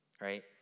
right